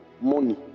money